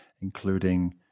including